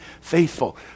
faithful